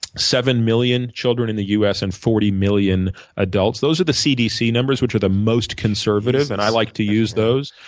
seven million children in the us and forty million adults. those are the cdc numbers, which are the most conservative. jesus. and i like to use those.